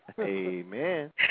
Amen